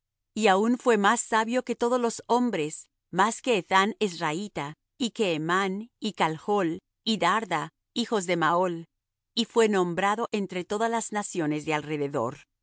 y aun fué más sabio que todos los hombres más que ethán ezrahita y que emán y calchl y darda hijos de mahol y fué nombrado entre todas las naciones de alrededor